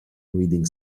reading